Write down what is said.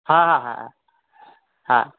হ্যাঁ হ্যাঁ হ্যাঁ হ্যাঁ